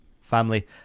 family